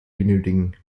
benötigen